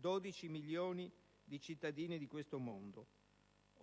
12 milioni di cittadini di questo mondo.